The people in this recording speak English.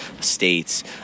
states